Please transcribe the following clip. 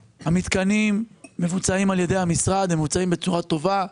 המתקנים מבוצעים על ידי המשרד והם מבוצעים בצורה טובה,